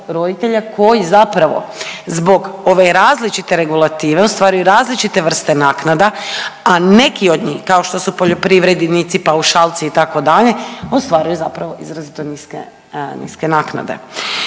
koji zapravo zbog ove različite regulative ostvaruju različite vrste naknada, a neki od njih kao što su poljoprivrednici, paušalci itd. ostvaruju zapravo izrazito niske, niske